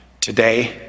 Today